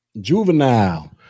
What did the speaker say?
Juvenile